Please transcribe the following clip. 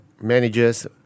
managers